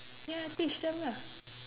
ya teach them lah